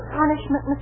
punishment